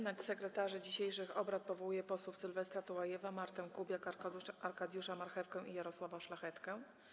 Na sekretarzy dzisiejszych obrad powołuję posłów Sylwestra Tułajewa, Martę Kubiak, Arkadiusza Marchewkę i Jarosława Szlachetkę.